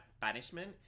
Banishment